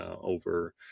over